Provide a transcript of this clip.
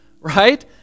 right